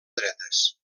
dretes